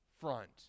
front